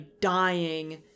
dying